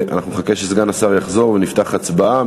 אנחנו נחכה שסגן השר יחזור ונפתח הצבעה.